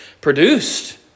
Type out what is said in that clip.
produced